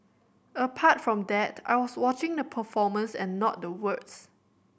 apart from that I was watching the performance and not the words